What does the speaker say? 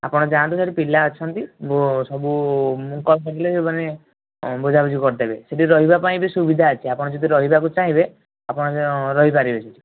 ଆପଣ ଯାଆନ୍ତୁ ସେଇଠି ପିଲା ଅଛନ୍ତି ମୁଁ ସବୁ ମୁଁ କଲ୍ କରିଦେଲେ ସେମାନେ ଅଁ ବୁଝାବୁଝି କରି ଦେବେ ସେଇଠି ରହିବା ପାଇଁ ବି ସୁବିଧା ଅଛି ଆପଣ ଯଦି ରହିବାକୁ ଚାହିଁବେ ଆପଣ ରହି ପାରିବେ ସେଇଠି